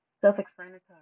Self-explanatory